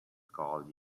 called